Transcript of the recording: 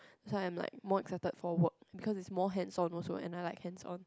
this one an like more excited for work because is more hand on work and then like hand on